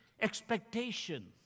expectation